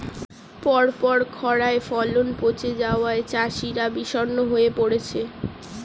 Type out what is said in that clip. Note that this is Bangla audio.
পরপর খড়ায় ফলন পচে যাওয়ায় চাষিরা বিষণ্ণ হয়ে পরেছে